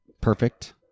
perfect